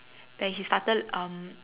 like he started um